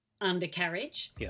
undercarriage